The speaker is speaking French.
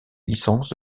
licences